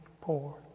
poor